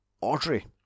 Audrey